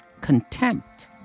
Contempt